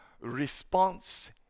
response